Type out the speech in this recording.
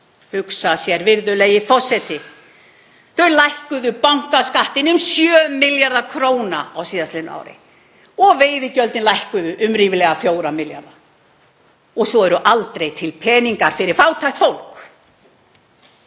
hugsa sér, virðulegi forseti, þau lækkuðu bankaskattinn um 7 milljarða kr. á síðastliðnu ári og veiðigjöldin lækkuðu um ríflega 4 milljarða. Svo eru aldrei til peningar fyrir fátækt fólk.